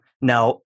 Now